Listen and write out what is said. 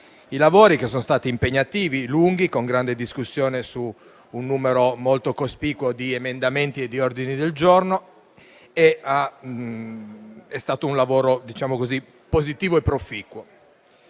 i lavori, che sono stati impegnativi e lunghi, con una lunga discussione su un numero molto cospicuo di emendamenti e di ordini del giorno. È stato un lavoro positivo e proficuo.